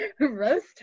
Roast